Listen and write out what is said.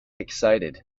excited